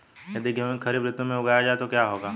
यदि गेहूँ को खरीफ ऋतु में उगाया जाए तो क्या होगा?